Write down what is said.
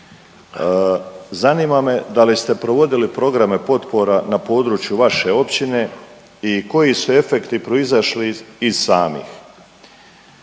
zanima me da li ste provodili programe potpora na području vaše općine i koji su efekti proizašli iz samih